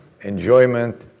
enjoyment